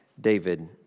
David